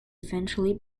eventually